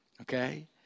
Okay